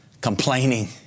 complaining